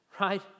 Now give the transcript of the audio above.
Right